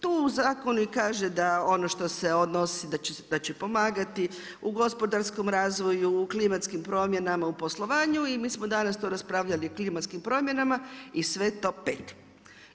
Tu u zakonu i kaže da ono što se odnosi da će pomagati u gospodarskom razvoju, u klimatskim promjenama, u poslovanju i mi smo danas o tome raspravljali o klimatskim promjenama i sve to pet.